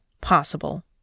possible